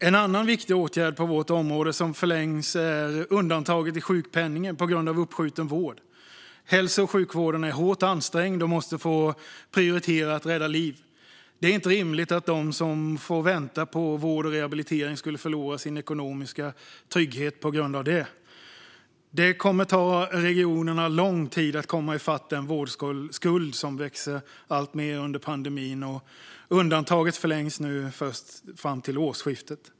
En annan viktig åtgärd på vårt område som förlängs är undantaget i sjukpenningen på grund av uppskjuten vård. Hälso och sjukvården är hårt ansträngd och måste få prioritera att rädda liv. Det är inte rimligt att de som får vänta på vård och rehabilitering ska förlora sin ekonomiska trygghet på grund av det. Det kommer att ta regionerna lång tid att komma i fatt den vårdskuld som växer alltmer under pandemin, och undantaget förlängs nu fram till årsskiftet.